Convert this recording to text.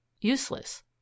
useless